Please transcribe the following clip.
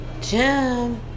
Jim